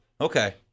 Okay